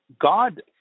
God